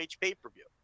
pay-per-view